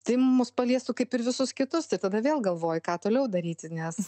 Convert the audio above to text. tai mus paliestų kaip ir visus kitus tai tada vėl galvoji ką toliau daryti nes